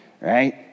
Right